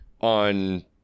on